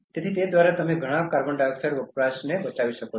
તેથી તે દ્વારા તમે ઘણાં CO2 વપરાશને બચાવી શકો છો